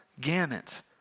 gamut